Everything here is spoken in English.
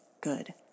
good